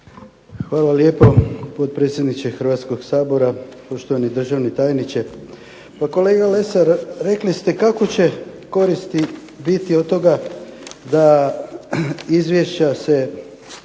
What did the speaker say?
Hvala lijepo potpredsjedniče Hrvatskog sabora, poštovani državni tajniče. Pa kolega Lesar rekli ste kakve će koristi biti od toga da izvješća se